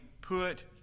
put